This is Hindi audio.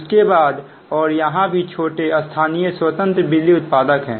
उसके बाद और यहां भी छोटे स्थानीय स्वतंत्र बिजली उत्पादक है